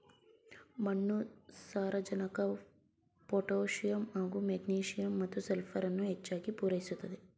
ಮಣ್ಣು ಸಾರಜನಕ ಪೊಟ್ಯಾಸಿಯಮ್ ಹಾಗೂ ಮೆಗ್ನೀಸಿಯಮ್ ಮತ್ತು ಸಲ್ಫರನ್ನು ಹೆಚ್ಚಾಗ್ ಪೂರೈಸುತ್ತೆ